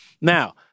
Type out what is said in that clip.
Now